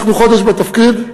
אנחנו חודש בתפקיד,